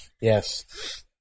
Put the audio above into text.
Yes